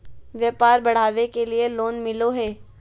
व्यापार बढ़ावे के लिए लोन मिलो है?